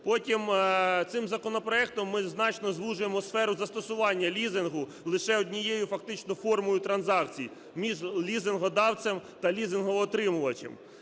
Потім цим законопроектом ми значно звужуємо сферу застосування лізингу лише однією фактично формою транзакцій між лізингодавцем та лізингоотримувачем.